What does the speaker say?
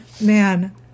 Man